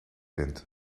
bent